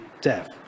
death